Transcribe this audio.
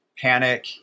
panic